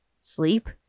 sleep